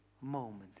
moment